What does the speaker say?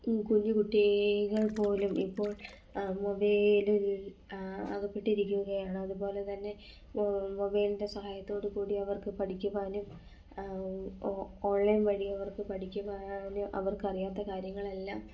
കുഞ്ഞുകുട്ടികൾ പോലും ഇപ്പോൾ മൊബെയിലിൽ അകപ്പെട്ടിരിക്കുകയാണ് അതുപോലെ തന്നെ മൊബെയിലിൻ്റെ സഹായത്തോട് കൂടിയവർക്ക് പഠിക്കുവാനും ഓൺലൈൻ വഴി അവർക്ക് പഠിക്കുവാനും അവർക്കറിയാത്ത കാര്യങ്ങളെല്ലാം